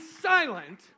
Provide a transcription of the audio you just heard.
silent